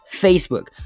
Facebook